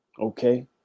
okay